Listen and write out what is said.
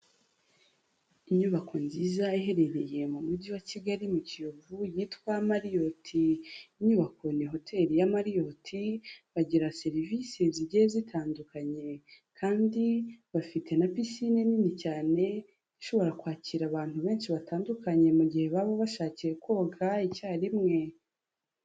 Inyubako nziza iherereye mu mujyi wa Kigali mu Kiyovu, yitwa Mariyoti, inyubako ni hoteri ya Mariyoti, bagira serivisi zigiye zitandukanye kandi bafite na pisine nini cyane, ishobora kwakira abantu benshi batandukanye, mu gihe baba bashakiye koga icyarimwe.